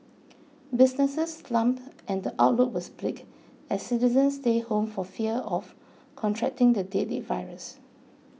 businesses slumped and the outlook was bleak as citizens stayed home for fear of contracting the deadly virus